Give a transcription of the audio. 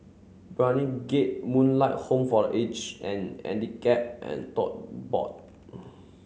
Brani Gate Moonlight Home for Age and Handicap and Tote Board